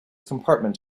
compartment